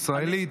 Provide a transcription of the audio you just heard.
היא ישראלית.